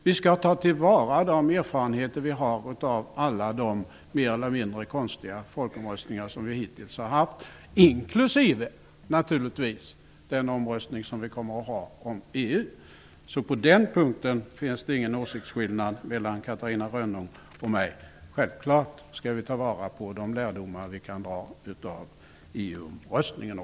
Vi skall ta till vara de erfarenheter som vi har av alla mer eller mindre konstiga folkomröstningar som vi hittills har haft, naturligtvis inklusive den omröstning om EU som vi kommer att ha. På den punkten finns det således ingen åsiktsskillnad när det gäller Catarina Rönnung och mig. Självklart skall vi alltså ta vara också på den lärdom vi kan dra av EU